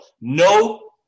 no